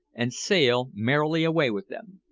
and sail merrily away with them.